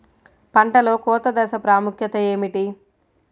పంటలో కోత దశ ప్రాముఖ్యత ఏమిటి?